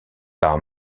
par